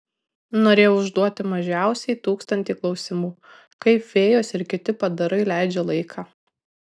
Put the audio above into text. norėjau užduoti mažiausiai tūkstantį klausimų kaip fėjos ir kiti padarai leidžia laiką